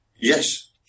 Yes